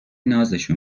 نازشو